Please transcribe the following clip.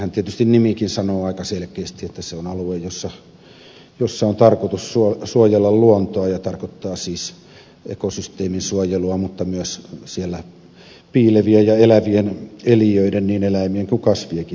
senhän tietysti nimikin sanoo aika selkeästi että se on alue jossa on tarkoitus suojella luontoa ja tarkoittaa siis ekosysteemin suojelua mutta myös siellä piilevien ja elävien eliöiden niin eläimien kun kasvienkin suojelua